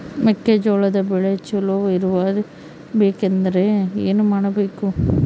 ಮೆಕ್ಕೆಜೋಳದ ಬೆಳೆ ಚೊಲೊ ಇಳುವರಿ ಬರಬೇಕಂದ್ರೆ ಏನು ಮಾಡಬೇಕು?